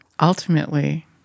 Ultimately